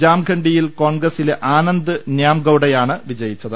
ജാംഘണ്ഡിയിൽ കോൺഗ്രസിലെ ആനന്ദ് ന്യാംഗൌ ഡയാണ് വിജയിച്ചത്